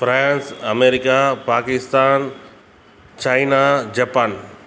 France America Pakistan China Japan